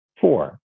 Four